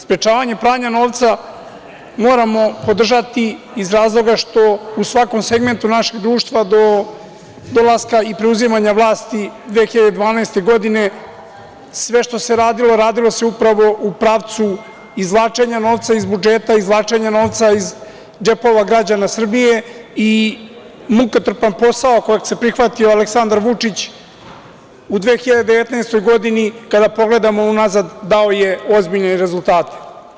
Sprečavanje pranja novca se mora podržati iz razloga što u svakom segmentu našeg društva do dolaska i preuzimanja vlasti 2012. godine sve što se radilo radilo se upravu u pravcu izvlačenja novca iz budžeta, izvlačenja novca iz džepova građana Srbije i mukotrpan posao kojeg se prihvatio Aleksandar Vučić u 2019. godini, kada pogledamo unazad, dao je ozbiljne rezultate.